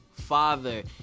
father